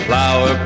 Flower